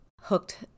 hooked